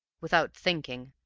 without thinking,